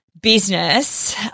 business